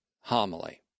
homily